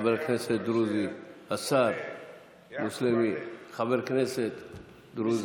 חבר כנסת דרוזי, השר מוסלמי, חבר כנסת דרוזי.